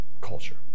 culture